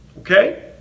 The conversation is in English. Okay